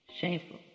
shameful